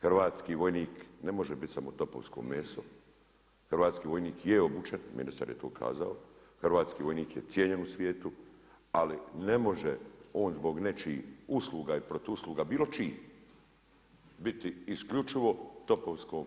Hrvatski vojnik ne može bit samo topovsko meso, hrvatski vojnik je obučen, ministar je to ukazao, hrvatski vojnik je cijenjen u svijetu, ali ne može on zbog nečijih usluga i protuusluga, bilo čiji biti isključivo topovsko meso.